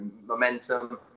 momentum